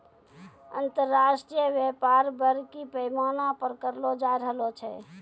अन्तर्राष्ट्रिय व्यापार बरड़ी पैमाना पर करलो जाय रहलो छै